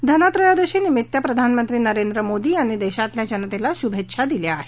धनत्रयोदशीनिमित्त प्रधानमंत्री नरेंद्र मोदी यांनी देशातल्या जनतेला शुभेच्छा दिल्या आहेत